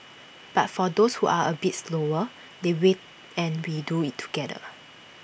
but for those who are A bit slower they wait and we do IT together